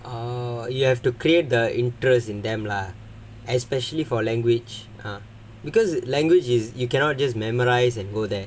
oh you have to clear the interest in them lah especially for language ah because language is you cannot just memorise and go there